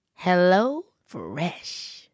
HelloFresh